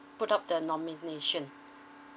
put up the nomination